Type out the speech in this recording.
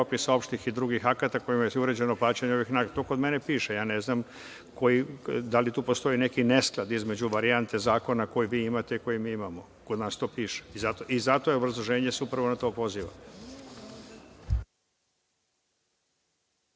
propisa, opštih i drugih akata, kojima je uređeno plaćanje ovih naknada. To kod mene piše, ja ne znam, da li tu postoji neki nesklad između varijante zakona koji vi imate i koji mi imamo? Kod nas to piše i zato se obrazloženje upravo na to poziva.